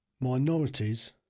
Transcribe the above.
minorities